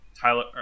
tyler